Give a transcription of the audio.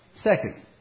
Second